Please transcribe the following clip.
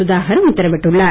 சுதாகர் உத்தரவிட்டுள்ளார்